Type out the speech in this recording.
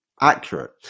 accurate